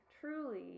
truly